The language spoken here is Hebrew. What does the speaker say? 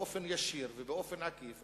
באופן ישיר ובאופן עקיף,